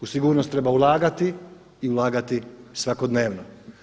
U sigurnost treba ulagati i ulagati svakodnevno.